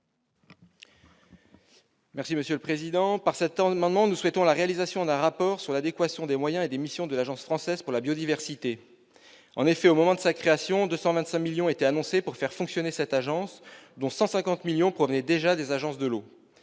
M. Guillaume Gontard. Nous souhaitons la réalisation d'un rapport sur l'adéquation des moyens et des missions de l'Agence française pour la biodiversité. En effet, au moment de sa création, 225 millions d'euros étaient annoncés pour faire fonctionner cette agence, dont 150 millions provenaient déjà des agences de l'eau.